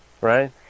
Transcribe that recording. Right